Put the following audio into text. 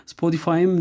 Spotify